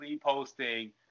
posting